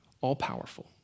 all-powerful